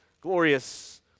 glorious